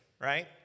right